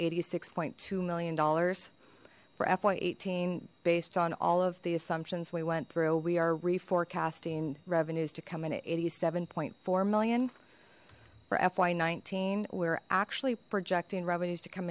eighty six point two million dollars for fy eighteen based on all of the assumptions we went through we are refor casting revenues to come in at eighty seven point four million for fy nineteen we're actually projecting revenues to come